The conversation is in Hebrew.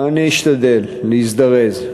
אני אשתדל להזדרז.